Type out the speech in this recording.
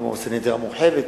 כמו סנהדריה המורחבת,